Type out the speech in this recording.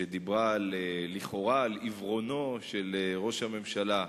שדיברה על עיוורונו לכאורה של ראש הממשלה.